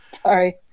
Sorry